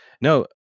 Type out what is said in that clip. no